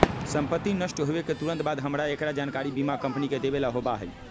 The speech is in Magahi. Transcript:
संपत्ति नष्ट होवे के तुरंत बाद हमरा एकरा जानकारी बीमा कंपनी के देवे ला होबा हई